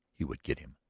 he would get him.